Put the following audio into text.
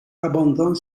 abandonne